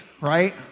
right